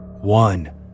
One